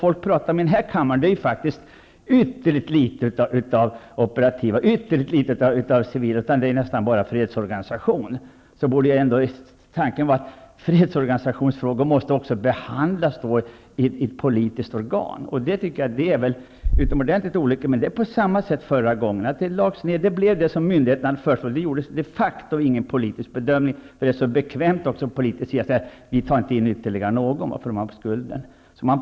Folk talar i denna kammare faktiskt ytterligt litet om det operativa och ytterligt litet om det civila. Det talas nästan bara om fredsorganisationen. Fredsorganisationsfrågor måste också behandlas i ett politiskt organ. Det är väl utomordentligt olyckligt. Det var på samma sätt förra gången. Det blev som myndigheterna hade föreslagit. Det gjordes de facto ingen politisk bedömning. Det är också bekvämt för politiker att säga att man inte tar in ytterligare någon, eftersom man då kan få skulden.